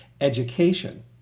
education